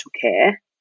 care